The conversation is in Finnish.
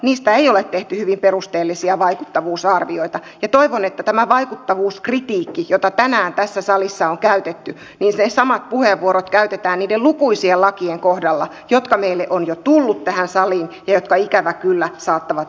niistä ei ole tehty hyvin perusteellisia vaikuttavuusarvioita ja toivon että tämä vaikuttavuuskritiikki jota tänään tässä salissa on käytetty ne samat puheenvuorot käytetään niiden lukuisien lakien kohdalla joita meille on jo tullut tähän saliin ja joita ikävä kyllä saattaa vielä tulla